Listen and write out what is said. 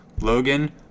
Logan